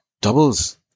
doubles